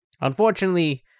Unfortunately